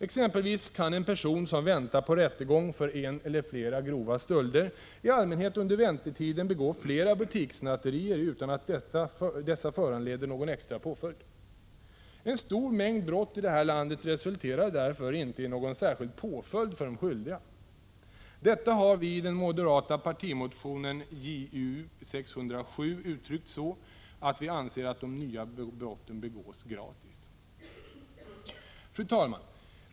Exempelvis kan en person som väntar på rättegång för en eller flera grova stölder i allmänhet under väntetiden begå flera butikssnatterier utan att dessa föranleder någon extra påföljd. En stor mängd brott i det här landet resulterar därför inte i någon särskild påföljd för de skyldiga. Detta har vi i den moderata partimotionen Ju607 uttryckt så, att vi anser att de nya brotten begås ”gratis”. Fru talman!